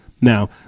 Now